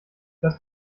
das